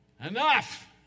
Enough